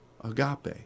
agape